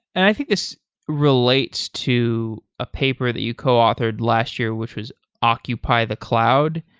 i think this relates to a paper that you coauthored last year, which was occupy the cloud.